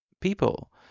people